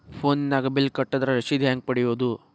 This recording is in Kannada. ಫೋನಿನಾಗ ಬಿಲ್ ಕಟ್ಟದ್ರ ರಶೇದಿ ಹೆಂಗ್ ಪಡೆಯೋದು?